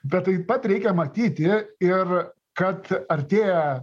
bet taip pat reikia matyti ir kad artėja